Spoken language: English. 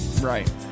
Right